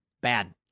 Bad